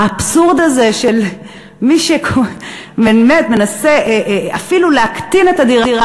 האבסורד הזה שמי שבאמת מנסה אפילו לעבור לדירה קטנה יותר,